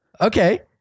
okay